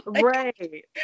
Right